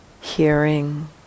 hearing